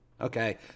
Okay